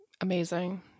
amazing